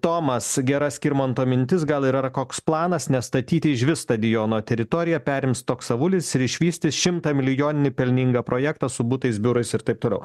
tomas gera skirmanto mintis gal ir yra koks planas nestatyti išvis stadiono teritoriją perims toks avulis ir išvystys šimtamilijoninį pelningą projektą su butais biurais ir taip toliau